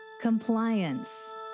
Compliance